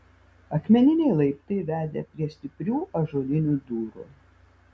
akmeniniai laiptai vedė prie stiprių ąžuolinių durų